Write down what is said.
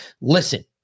Listen